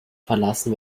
verlassen